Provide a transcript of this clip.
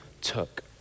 took